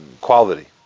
quality